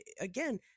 again